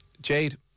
Jade